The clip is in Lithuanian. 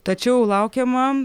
tačiau laukiama